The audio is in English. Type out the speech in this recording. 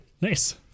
Nice